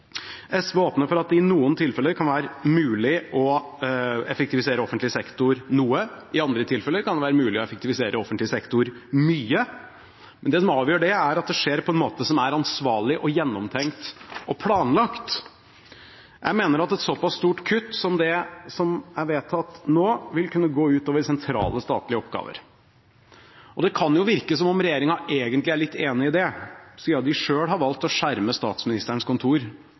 SV åpner for at det i noen tilfeller kan være mulig å effektivisere offentlig sektor noe og i andre tilfeller mye. Men det avgjørende er at det skjer på en ansvarlig, planlagt og gjennomtenkt måte. Jeg mener et såpass stort kutt som det som er vedtatt nå, vil kunne gå ut over sentrale statlige oppgaver. Det kan virke som om regjeringen egentlig er litt enig i det, siden de selv har valgt å skjerme Statsministerens kontor